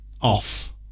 off